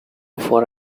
for